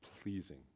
pleasing